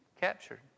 captured